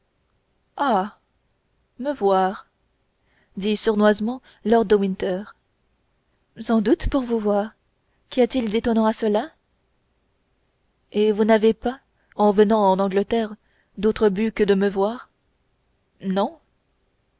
me voir dit sournoisement lord de winter sans doute vous voir qu'y a-t-il d'étonnant à cela et vous n'avez pas en venant en angleterre d'autre but que de me voir non